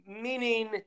meaning